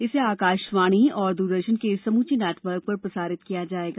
इसे आकाशवाणी और दूरदर्शन के समूचे नेटवर्क पर प्रसारित किया जाएगा